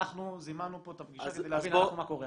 אנחנו זימנו פה אתכם להבין מה קורה.